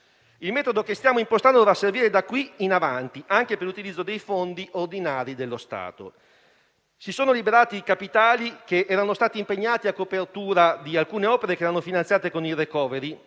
Il metodo che stiamo importando dovrà servire da qui in avanti, anche per l'utilizzo dei fondi ordinari dello Stato. Si sono liberati capitali che erano stati impegnati a copertura di alcune opere finanziate con il *recovery